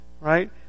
right